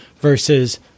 versus